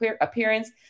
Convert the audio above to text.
appearance